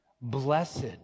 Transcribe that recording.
Blessed